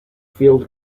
field